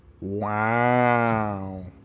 Wow